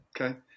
Okay